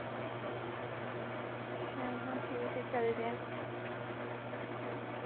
हां हां ठीक ऐ चलदे आं